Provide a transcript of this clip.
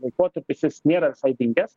laikotarpis jis nėra visai dingęs